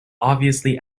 obviously